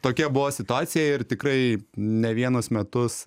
tokia buvo situacija ir tikrai ne vienus metus